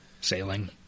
sailing